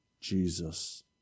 Jesus